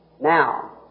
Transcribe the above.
Now